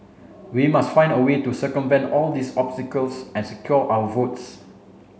we must find a way to circumvent all these obstacles and secure our votes